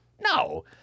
No